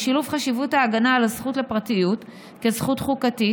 בשילוב חשיבות ההגנה על הזכות לפרטיות כזכות חוקתית,